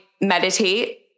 meditate